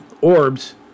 orbs